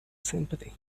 sympathy